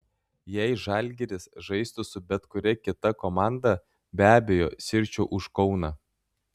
jei žalgiris žaistų su bet kuria kita komanda be abejo sirgčiau už kauną